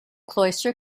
cloister